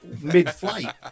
mid-flight